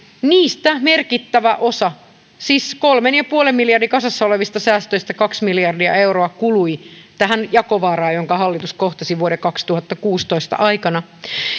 merkittävä osa siis kolmen pilkku viiden miljardin kasassa olevista säästöistä kaksi miljardia euroa kului tähän jakovaaraan jonka hallitus kohtasi vuoden kaksituhattakuusitoista aikana